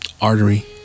artery